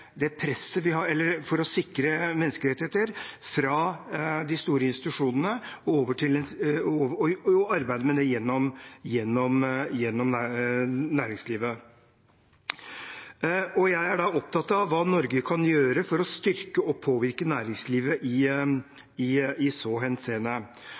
å sikre menneskerettigheter – fra de store institusjonene og arbeide med det gjennom næringslivet. Jeg er da opptatt av hva Norge kan gjøre for å styrke og påvirke næringslivet i så henseende.